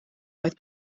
oedd